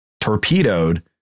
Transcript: torpedoed